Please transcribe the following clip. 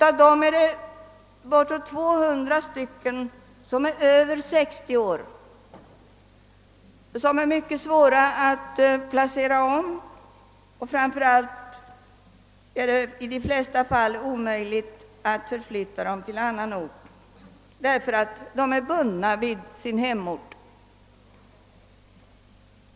Av dem är ungefär 200 över 60 år och mycket svåra att placera om. Framför allt är det i de flesta fall omöjligt att förflytta dem så långt bort, eftersom de är bundna vid sin hemort.